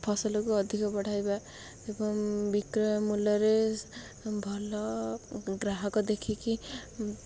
ଫସଲକୁ ଅଧିକ ବଢ଼ାଇବା ଏବଂ ବିକ୍ରୟ ମୂଲ୍ୟରେ ଭଲ ଗ୍ରାହକ ଦେଖିକି